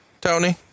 Tony